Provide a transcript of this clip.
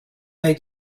may